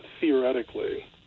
theoretically